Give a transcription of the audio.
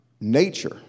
nature